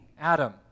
Adam